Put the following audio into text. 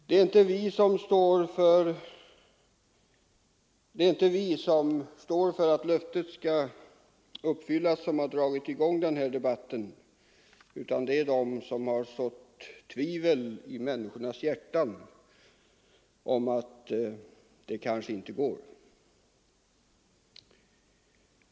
Det är inte vi som står för att löftet skall uppfyllas som har dragit i gång den här debatten, utan det är de som har sått tvivel i människornas hjärtan om att det kanske inte går.